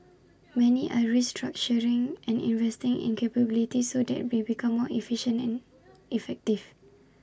many are restructuring and investing in capabilities so they become more efficient and effective